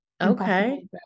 Okay